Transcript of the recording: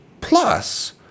plus